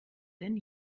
denn